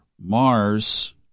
Mars